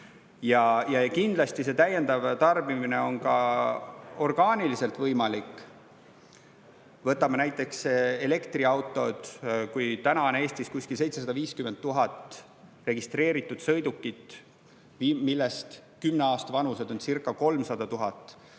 Kindlasti see täiendav tarbimine on ka orgaaniliselt võimalik. Võtame näiteks elektriautod. Kui praegu on Eestis umbes 750 000 registreeritud sõidukit, millest kümne aasta vanused oncirca300 000,